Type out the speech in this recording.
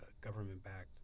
government-backed